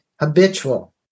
habitual